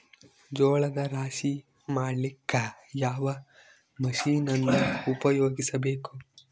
ಜೋಳದ ರಾಶಿ ಮಾಡ್ಲಿಕ್ಕ ಯಾವ ಮಷೀನನ್ನು ಉಪಯೋಗಿಸಬೇಕು?